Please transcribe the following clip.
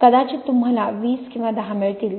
कदाचित तुम्हाला वीस किंवा दहा मिळतील